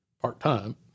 part-time